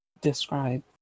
describe